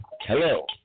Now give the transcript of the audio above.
hello